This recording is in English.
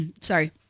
Sorry